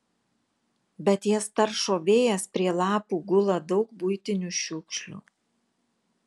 bet jas taršo vėjas prie lapų gula daug buitinių šiukšlių